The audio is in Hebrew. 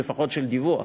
לפחות של דיווח,